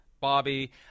Bobby